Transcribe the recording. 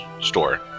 store